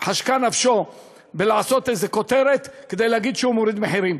חשקה נפשו לעשות איזו כותרת כדי להגיד שהוא מוריד מחירים.